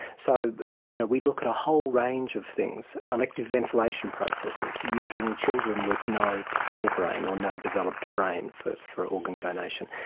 so but you know we look at a whole range of things elective ventilation processors, using children with no forebrain or no developed brain for for organ donation,